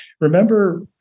remember